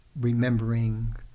remembering